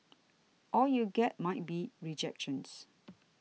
all you get might be rejections